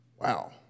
Wow